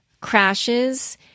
crashes